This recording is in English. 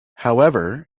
however